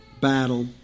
battle